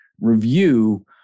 review